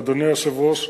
אדוני היושב-ראש,